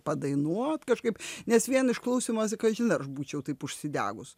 padainuot kažkaip nes vien iš klausymosi kažin ar aš būčiau taip užsidegus